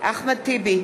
אחמד טיבי,